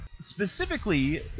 specifically